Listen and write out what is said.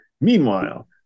Meanwhile